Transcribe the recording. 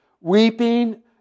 Weeping